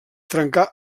trencar